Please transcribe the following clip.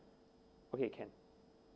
okay can